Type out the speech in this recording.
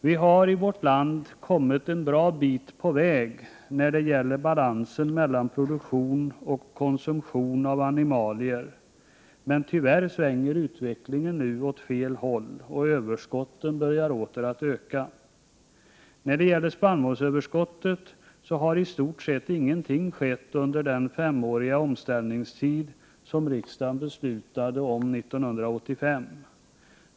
Vi har i vårt land kommit en bra bit på väg när det gäller balansen mellan produktion och konsumtion av animalier, men tyvärr svänger utvecklingen nu åt fel håll och överskotten börjar åter att öka. När det gäller spannmålsöverskottet har i stort sett ingenting skett under den femåriga omställningstid som riksdagen beslutade om 1985.